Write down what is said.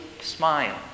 smile